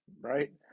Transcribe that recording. Right